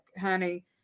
honey